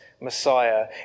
Messiah